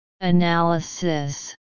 Analysis